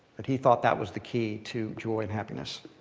but he thought that was the key to joy and happiness.